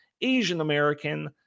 asian-american